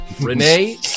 Renee